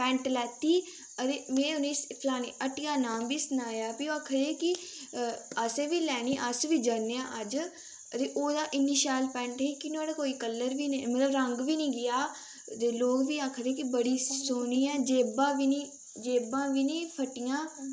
pant लैती अदे में उ'नें फलानी हट्टिया दा नाम बी सनाया फ्ही ओह् आखा दे हे कि असें बी लैनी अस बी जन्ने आं अज्ज ते ओह्दा इ'न्नी शैल पैंट ही कि नुहाड़ा कोई कलर बी नेईं मतलब रंग बी नी गेआ ते लोक बी आखा दे कि बड़ी सोह्नी ऐ जेबां बी नी जेबां बी नी फट्टियां